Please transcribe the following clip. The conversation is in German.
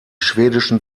schwedischen